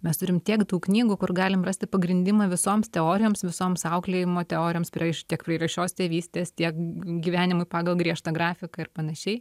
mes turim tiek daug knygų kur galim rasti pagrindimą visoms teorijoms visoms auklėjimo teorijoms pri a iš tik prie raišios tėvystės tiek gyvenimui pagal griežtą grafiką ir panašiai